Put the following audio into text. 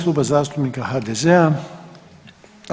Kluba zastupnika HDZ-a.